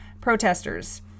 protesters